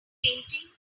painting